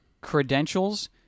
credentials